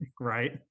right